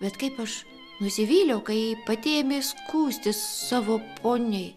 bet kaip aš nusivyliau kai ji pati ėmė skųstis savo poniai